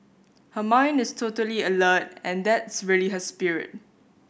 her mind is totally alert and that's really her spirit